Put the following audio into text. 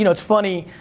you know it's funny,